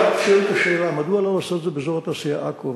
כשאת שואלת את השאלה מדוע לא לעשות את זה באזור התעשייה עכו,